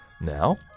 Now